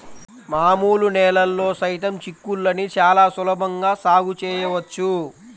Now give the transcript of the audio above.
మామూలు నేలల్లో సైతం చిక్కుళ్ళని చాలా సులభంగా సాగు చేయవచ్చు